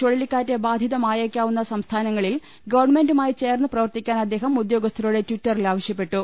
ചുഴലിക്കാറ്റ് ബാധിതമായേക്കാവുന്ന സംസ്ഥാനങ്ങളിൽ ഗവൺമെന്റുമായി ചേർന്ന് പ്രവർത്തിക്കാൻ അദ്ദേഹം ഉദ്യോ ഗസ്ഥരോട് ട്വിറ്ററിൽ ആവശ്യപ്പെട്ടു